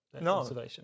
No